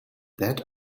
that